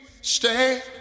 Stay